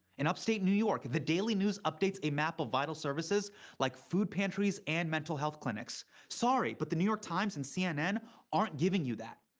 in upstate new york, the daily news updates a map of vital services like food pantries and mental health clinics. sorry, but the new york times and cnn aren't giving you that.